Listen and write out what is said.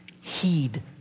Heed